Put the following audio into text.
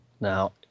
Now